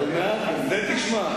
גם את זה תשמע.